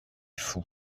fou